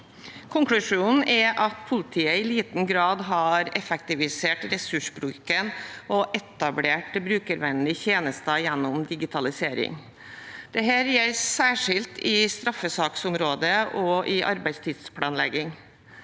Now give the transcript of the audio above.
Konklusjonen er at politiet i liten grad har effektivisert ressursbruken og etablert brukervennlige tjenester gjennom digitalisering. Dette gjelder særskilt på straffesaksområdet og arbeidstidsplanlegging.